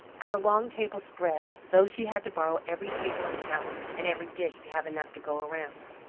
and the long table spread, though she had to borrow every table in the house, and every dish to have enough to go around.